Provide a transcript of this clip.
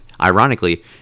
ironically